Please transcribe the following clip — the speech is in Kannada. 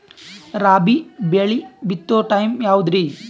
ರಾಬಿ ಬೆಳಿ ಬಿತ್ತೋ ಟೈಮ್ ಯಾವದ್ರಿ?